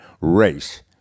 race